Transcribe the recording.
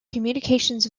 communications